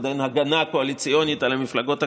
עוד אין הגנה קואליציונית על המפלגות הקטנות,